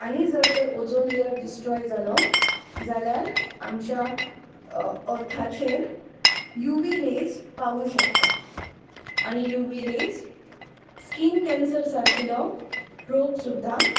आनी जर तर ओजोन लैअर डिस्ट्रॉय जालो जाल्यार आमच्या अर्थाचेर यु वी रेज पावू शकता आनी U V rays skin cancer सारकिल्लो रोग सुद्दां